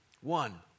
one